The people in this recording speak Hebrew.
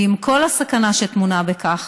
ועם כל הסכנה שבכך,